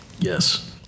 Yes